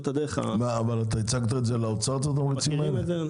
אתה הצגת את זה לאוצר, את הדברים האלה?